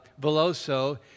Veloso